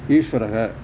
ईश्वरः